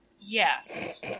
Yes